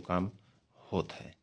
काम रहत हय ।